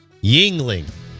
Yingling